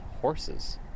horses